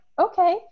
okay